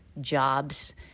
jobs